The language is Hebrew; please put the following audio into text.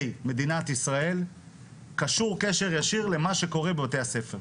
מדינת ישראל קשור קשר ישיר למה שקורה בבתי-הספר.